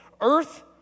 earth